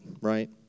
right